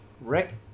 Rick